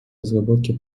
разработке